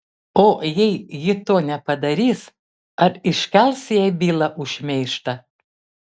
o jei ji to nepadarys ar iškels jai bylą už šmeižtą